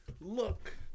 look